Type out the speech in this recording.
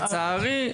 לצערי,